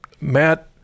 Matt